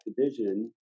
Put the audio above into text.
division